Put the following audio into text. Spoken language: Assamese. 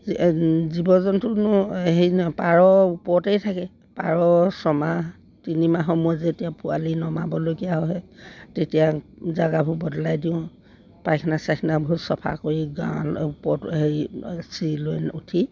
জীৱ জন্তুনো হেৰি নহয় পাৰ ওপৰতেই থাকে পাৰ ছমাহ তিনিমাহ সময় যেতিয়া পোৱালী নমাবলগীয়া হয় তেতিয়া জেগাবোৰ বদলাই দিওঁ পায়খানা চাইখানাবোৰ চফা কৰি গাঁৱৰ ওপৰত হেৰি চিৰি লৈ উঠি